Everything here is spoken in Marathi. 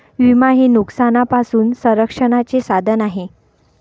विमा हे नुकसानापासून संरक्षणाचे साधन आहे